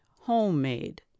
home-made